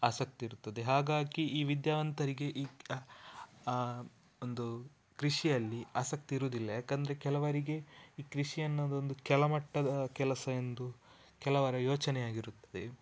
ಆಸಕ್ತಿ ಇರುತ್ತದೆ ಹಾಗಾಗಿ ಈ ವಿದ್ಯಾವಂತರಿಗೆ ಈ ಆ ಒಂದು ಕೃಷಿಯಲ್ಲಿ ಆಸಕ್ತಿ ಇರುವುದಿಲ್ಲ ಏಕಂದ್ರೆ ಕೆಲವರಿಗೆ ಈ ಕೃಷಿ ಅನ್ನೋದೊಂದು ಕೆಳಮಟ್ಟದ ಕೆಲಸ ಎಂದು ಕೆಲವರ ಯೋಚನೆಯಾಗಿರುತ್ತದೆ